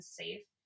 safe